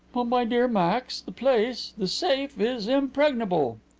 but, my dear max, the place the safe' is impregnable!